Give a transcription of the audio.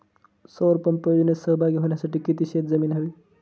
सौर पंप योजनेत सहभागी होण्यासाठी किती शेत जमीन हवी?